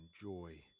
joy